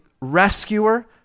rescuer